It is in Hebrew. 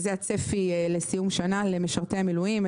זה הצפי לסיום שנה למשרתי המילואים.